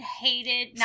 hated